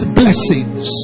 blessings